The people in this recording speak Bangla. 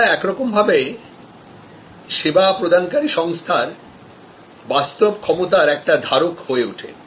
সেটা একরকম ভাবেপরিষেবার প্রদানকারী সংস্থার বাস্তব ক্ষমতার একটি ধারক হয়ে ওঠে